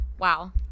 wow